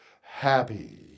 happy